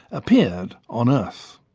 appeared on earth.